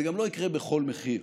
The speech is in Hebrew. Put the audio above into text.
זה גם לא יקרה בכל מחיר.